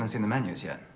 ah seen the menus yet.